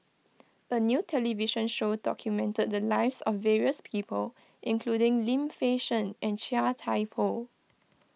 a new television show documented the lives of various people including Lim Fei Shen and Chia Thye Poh